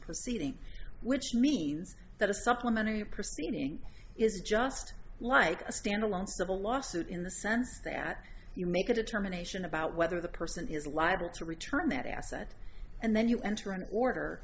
proceeding which means that a supplementary proceeding is just like a standalone civil lawsuit in the sense that you make a determination about whether the person is liable to return that asset and then you enter an order